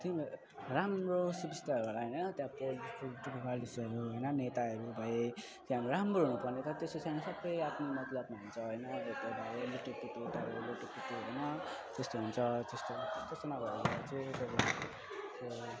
तिन राम्रो सुबिस्ता होइन त्यहाँ होइन नेताहरू भए त्यहाँ राम्रो हुनु पर्ने त्यस्तो छैन सब आफ्नो मतलबमा हुन्छ होइन होइन त्यस्तो हुन्छ त्यस्तो नभएर चाहिँ